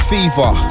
Fever